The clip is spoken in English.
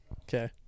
Okay